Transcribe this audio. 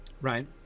right